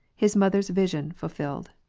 his mother's visions fulfilled.